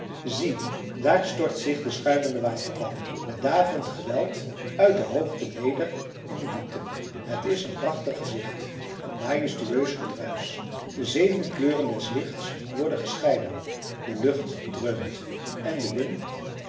zie daar stort zich de schuimende waterval met daverend geweld uit de hoogte neder in de diepte het is een prachtig gezicht een majestueus gedruisch de zeven kleuren des lichts worden gescheiden de lucht dreunt en de wind